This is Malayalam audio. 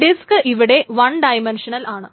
ഡിസ്ക് ഇവിടെ വൺ ഡൈമെൻഷണൽ ആണ്